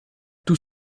tout